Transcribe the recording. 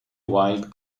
wild